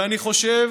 ואני חושב